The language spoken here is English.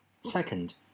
Second